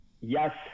yes